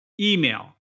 email